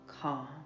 Calm